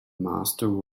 master